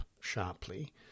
sharply